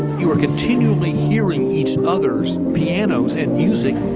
you are continually hearing each other's pianos and music,